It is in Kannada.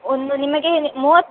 ಒಂದು ನಿಮಗೇನೆ ಮೂವತ್ತು